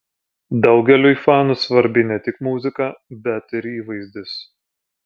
daugeliui fanų svarbi ne tik muzika bet ir įvaizdis